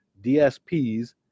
DSPs